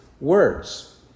words